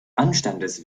anstandes